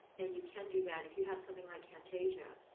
and you can do that. if you have something like camtasia,